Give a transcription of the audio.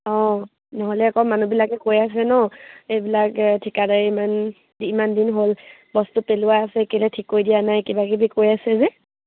অঁ নহ'লে আকৌ মানুহবিলাকে কৈ আছে ন এইবিলাক ঠিকাদাৰ ইমান ইমান দিন হ'ল বস্তু পেলোৱা আছে কেলে ঠিক কৰি দিয়া নাই কিবাকিবি কৈ আছে যে